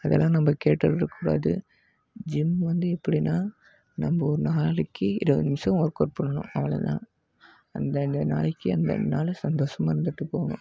அதெல்லாம் நம்ம கேட்டுகிட்டு இருக்கக்கூடாது ஜிம் வந்து எப்படின்னா நம்ம ஒரு நாளைக்கு இருபது நிமிடம் ஒர்க்கவுட் பண்ணணும் அவ்வளோதான் அந்தந்த நாளைக்கு அந்தந்த நாள் சந்தோஷமாக இருந்துவிட்டு போகணும்